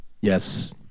Yes